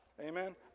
Amen